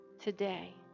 today